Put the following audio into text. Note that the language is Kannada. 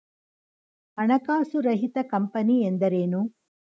ಹಣಕಾಸು ರಹಿತ ಕಂಪನಿ ಎಂದರೇನು?